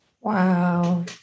Wow